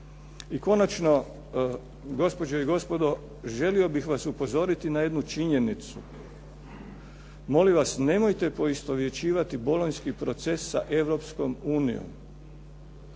I konačno gospođe i gospodo želio bih vas upozoriti na jednu činjenicu, molim vas nemojte poistovjećivati Bolonjski proces sa Europskom unijom.